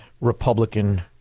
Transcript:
Republican